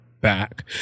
back